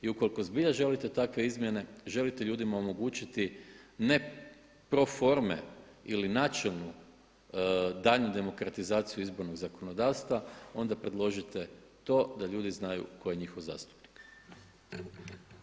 I ukoliko zbilja želite takve izmjene, želite ljudima omogućiti ne proforme ili načelnu daljnju demokratizaciju izbornog zakonodavstva onda predložite to da ljudi znaju tko je njihov zastupnik.